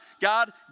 God